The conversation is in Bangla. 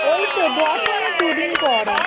ওই তো দশমীর দু দিন পরে